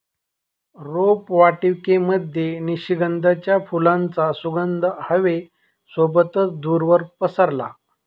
रोपवाटिकेमध्ये निशिगंधाच्या फुलांचा सुगंध हवे सोबतच दूरवर पसरला